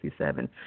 1967